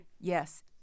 Yes